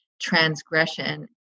transgression